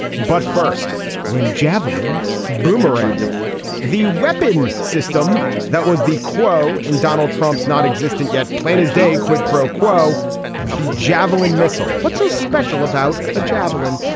but first when javelins boomerang the weapon system that was the quo in donald trump's non-existent yet plain as day quid pro quo the javelin missile. what's so special about a javelin.